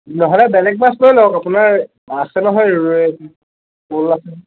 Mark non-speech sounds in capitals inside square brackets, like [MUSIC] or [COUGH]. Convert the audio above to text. নহ'লে বেলেগ মাছ লৈ লওক আপোনাৰ আছে নহয় ৰৌ [UNINTELLIGIBLE]